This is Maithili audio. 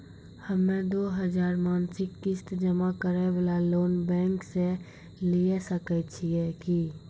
हम्मय दो हजार मासिक किस्त जमा करे वाला लोन बैंक से लिये सकय छियै की?